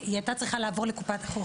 הרופא דיבר על זה.